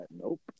nope